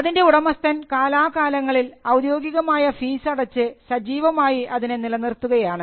അതിൻറെ ഉടമസ്ഥൻ കാലാകാലങ്ങളിൽ ഔദ്യോഗികമായ ഫീസ് അടച്ച് സജീവമായി അതിനെ നിർത്തുകയാണ്